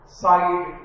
side